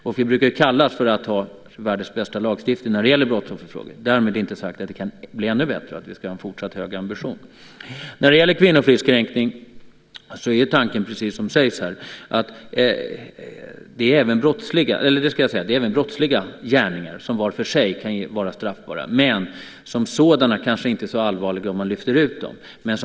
Det brukar sägas att vi har världens bästa lagstiftning om brottsofferfrågor. Därmed inte sagt att den inte kan bli ännu bättre. Vi ska ha en fortsatt hög ambition. Beträffande kvinnofridskränkning - precis som sägs här - innebär det brottsliga gärningar som var för sig kan vara straffbara, men som kanske inte är så allvarliga om man lyfter ut dem ur sammanhanget.